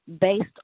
based